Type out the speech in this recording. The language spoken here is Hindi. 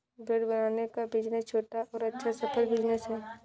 ब्रेड बनाने का बिज़नेस छोटा और अच्छा सफल बिज़नेस है